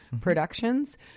Productions